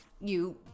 you—